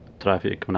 traffic